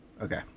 Okay